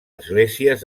esglésies